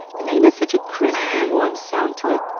the name has such a crisp and warm sound to it.